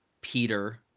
Peter